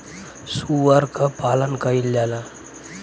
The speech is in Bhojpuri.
सूअर क पालन कइल जाला